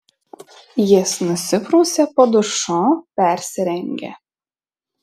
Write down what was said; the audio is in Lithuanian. jis nusiprausė po dušu persirengė